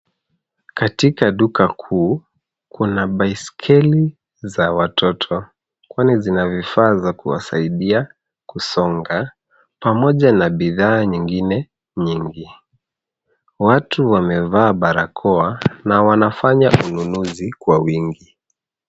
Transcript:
Katika duka kuu, kuna baiskeli za watoto kwani zina vifaa vya kuwasaidia kusonga pamoja na bidhaa nyingine nyingi. Watu wamevaa barakoa na wanafanya ununuzi kwa wingi.